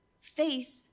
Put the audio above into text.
Faith